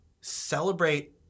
celebrate